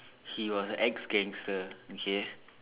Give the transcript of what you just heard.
he was ex gangster okay